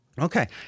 Okay